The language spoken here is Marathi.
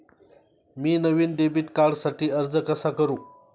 मी नवीन डेबिट कार्डसाठी अर्ज कसा करू?